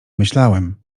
myślałem